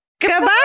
Goodbye